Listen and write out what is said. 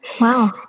Wow